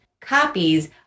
copies